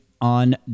on